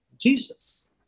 Jesus